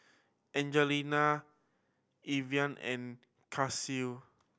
Angelita Evalyn and Cassie